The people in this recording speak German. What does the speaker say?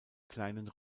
kleinen